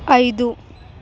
ఐదు